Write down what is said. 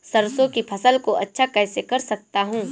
सरसो की फसल को अच्छा कैसे कर सकता हूँ?